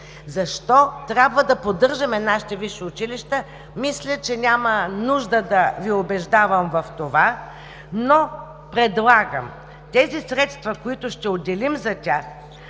Защо трябва да поддържаме нашите висши училища, мисля, че няма нужда да Ви убеждавам в това, но предлагам тези средства, които ще отделим за тях,